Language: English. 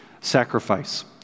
sacrifice